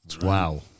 Wow